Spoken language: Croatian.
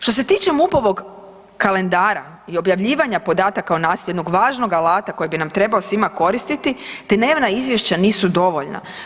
Što se tiče MUP-ovog kalendara i objavljivanja podataka o nasilju jednog važnog alata koji bi nam trebao svima koristiti, dnevna izvješća nisu dovoljna.